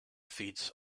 feeds